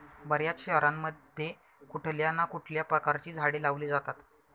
बर्याच शहरांमध्ये कुठल्या ना कुठल्या प्रकारची झाडे लावली जातात